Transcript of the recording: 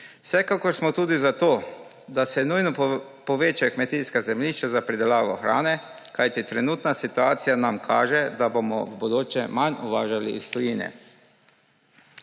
Vsekakor smo tudi za to, da se nujno povečajo kmetijska zemljišča za pridelavo hrane, kajti trenutna situacija nam kaže, da bomo v bodoče manj uvažali iz tujine.